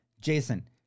Jason